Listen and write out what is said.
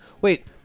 Wait